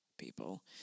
people